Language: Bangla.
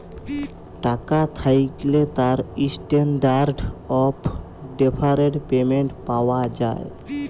টাকা থ্যাকলে তার ইসট্যানডারড অফ ডেফারড পেমেন্ট পাওয়া যায়